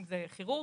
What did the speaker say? אם זה כירורגי,